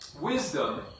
Wisdom